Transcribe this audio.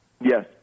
Yes